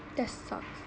that suck